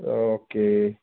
okay